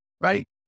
right